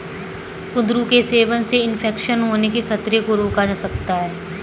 कुंदरू के सेवन से इन्फेक्शन होने के खतरे को रोका जा सकता है